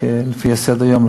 לפי סדר-היום,